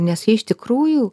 nes jie iš tikrųjų